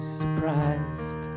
surprised